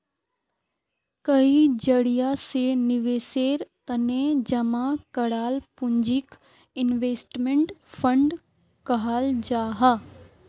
कई जरिया से निवेशेर तने जमा कराल पूंजीक इन्वेस्टमेंट फण्ड कहाल जाहां